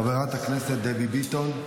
חברת הכנסת דבי ביטון.